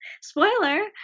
Spoiler